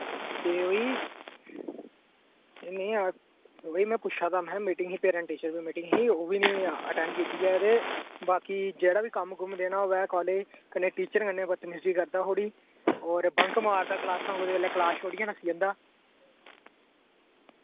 ते होई नेईं ओ ही मैं पुच्छा दा हा महै मीटिंग ही पेरैंट टीचर दी मीटिंग ही ओह् बी नि अटैंड कीती ऐ ते ते बाकी जेह्ड़ा बी कम्म कुम देना होऐ कालेज कन्नै टीचर कन्नै बदतमीजी करदा थोह्ड़ी और बंक मारदा क्लासां कुते बेल्लै क्लास छोड़ियै नस्सी जंदा